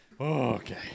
Okay